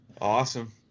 Awesome